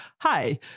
hi